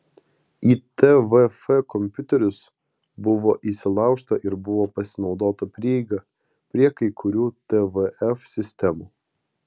į tvf kompiuterius buvo įsilaužta ir buvo pasinaudota prieiga prie kai kurių tvf sistemų